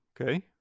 okay